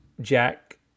Jack